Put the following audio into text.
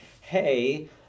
hey